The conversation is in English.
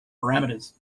parameters